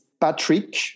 Patrick